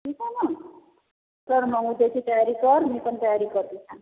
ठीक आहे मग कर मग उद्याची तयारी कर मी पण तयारी करते छान